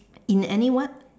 in any what